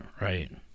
right